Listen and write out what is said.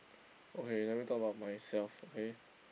okay let me talk about myself okay